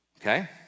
Okay